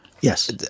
Yes